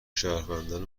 شهروندان